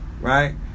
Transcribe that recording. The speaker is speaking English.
Right